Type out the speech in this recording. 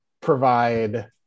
provide